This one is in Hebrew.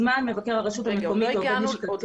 שיוזמן מבקר הרשות המקומית או מי מטעמו.